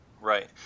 Right